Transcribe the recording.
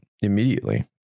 immediately